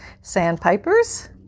Sandpipers